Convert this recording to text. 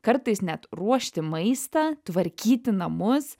kartais net ruošti maistą tvarkyti namus